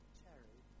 cherry